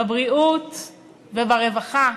בבריאות וברווחה.